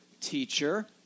teacher